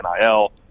nil